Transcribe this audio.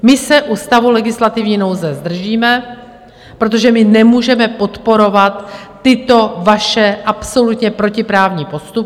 My se u stavu legislativní nouze zdržíme, protože nemůžeme podporovat tyto vaše absolutně protiprávní postupy.